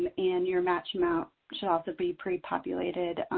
and your match amount should also be pre-populated.